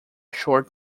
short